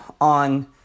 on